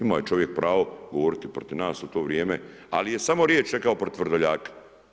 Imao je čovjek pravo govoriti protiv nas u to vrijeme, ali je samo riječ rekao protiv Vrdoljaka.